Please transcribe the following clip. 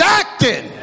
acting